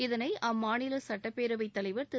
இதனை அம்மாநில சட்டப்பேரவை தலைவர் திரு